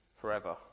forever